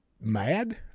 mad